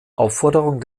aufforderung